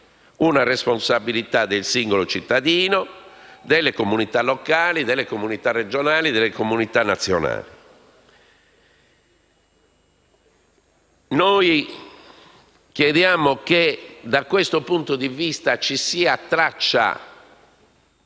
una responsabilità del singolo cittadino, delle comunità locali, delle comunità regionali e nazionali. Noi chiediamo che da questo punto di vista ci sia una traccia